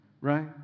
right